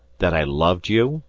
that i loved you?